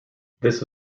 this